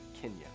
kenya